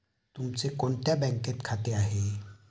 तुमचे कोणत्या बँकेत खाते आहे?